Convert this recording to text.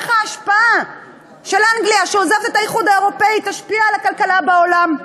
איך העזיבה של אנגליה את האיחוד האירופי תשפיע על הכלכלה בעולם,